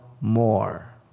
more